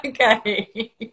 Okay